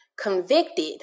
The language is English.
convicted